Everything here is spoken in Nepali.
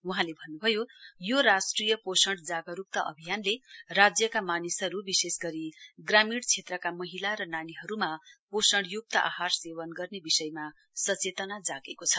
वहाँले भन्नुभयो यो राष्ट्रिय पोषण जागरूकता अभियानले राज्यका मानिसहरू विशेष गरी ग्रामीण क्षेत्रका महिला र नानीहरूमा पोषणयुक्त आहार सेवन गर्ने विषयमा सचेतना जागेको छ